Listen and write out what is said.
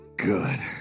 good